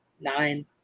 nine